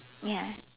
ya